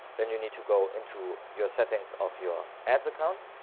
then you need to go into your settings of your ads account.